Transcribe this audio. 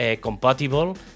compatible